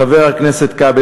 חבר הכנסת כבל,